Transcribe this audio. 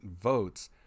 votes